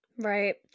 Right